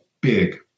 big